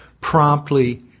promptly